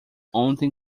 ontem